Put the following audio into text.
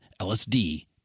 LSD